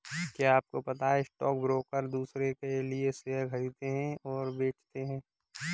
क्या आपको पता है स्टॉक ब्रोकर दुसरो के लिए शेयर खरीदते और बेचते है?